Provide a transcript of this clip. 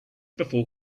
before